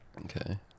Okay